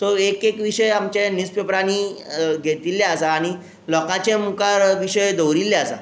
तो एक एक विशय आमच्या न्युज पेपरांनी विशय घेतिल्ले आसा आनी लोकांच्या मुखार विशय दवरिल्ले आसा